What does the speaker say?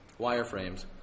wireframes